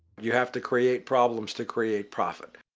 you have to create problems to create profit.